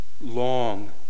long